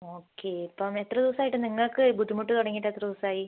ഒക്കെ ഇപ്പം എത്ര ദിവസമായിട്ട് നിങ്ങൾക്ക് ബുദ്ധിമുട്ട് തുടങ്ങിയിട്ട് എത്ര ദിവസായി